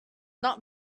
not